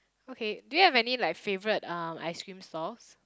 okay do you have any like favourite uh ice-cream stalls